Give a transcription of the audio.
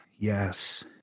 Yes